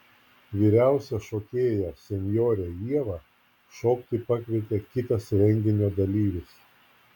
vyriausią šokėją senjorę ievą šokti pakvietė kitas renginio dalyvis